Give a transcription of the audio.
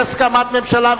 יש הסכמת ממשלה,